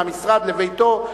מהמשרד לביתו.